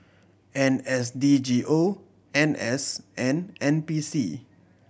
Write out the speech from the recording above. N S D G O N S and N P C